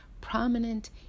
prominent